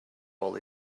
all